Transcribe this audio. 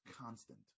constant